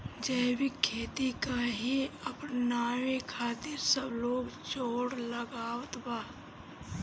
जैविक खेती काहे अपनावे खातिर सब लोग जोड़ लगावत बा?